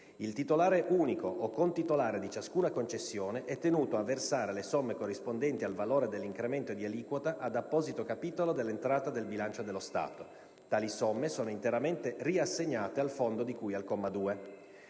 "Il titolare unico o contitolare di ciascuna concessione è tenuto a versare le somme corrispondenti al valore dell'incremento di aliquota ad apposito capitolo dell'entrata del bilancio dello Stato. Tali somme sono interamente riassegnate al Fondo di cui al comma 2".